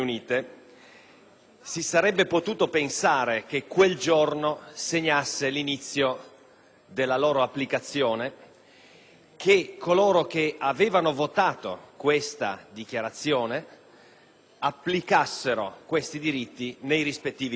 si sarebbe potuto pensare che quel giorno segnasse l'inizio della sua applicazione, che coloro che avevano voltato la dichiarazione applicassero quei diritti nei rispettivi Paesi.